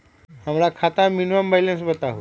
हमरा खाता में मिनिमम बैलेंस बताहु?